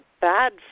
bad